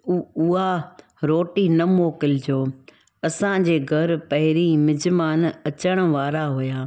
उहो उहा रोटी न मोकिलिजो असांजे घर पहिरीं मिज़मान अचण वारा हुआ